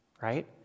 right